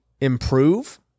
improve